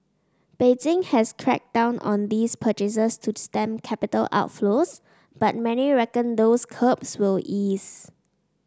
Beijing has cracked down on these purchases to stem capital outflows but many reckon those curbs will ease